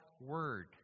word